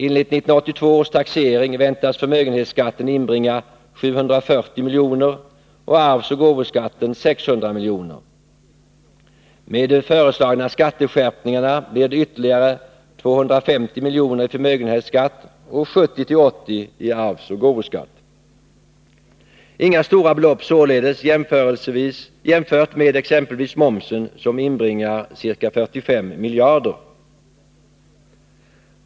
Enligt 1982 års taxering väntas förmögenhetsskatten inbringa 740 miljoner och arvsoch gåvoskatten 600 miljoner. Med de föreslagna skatteskärpningarna blir det ytterligare 250 miljoner i förmögenhetsskatt och 70-80 miljoner i arvsoch gåvoskatt. Inga stora belopp således jämfört med exempelvis momsen, som inbringar ca 45 miljarder.